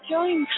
Join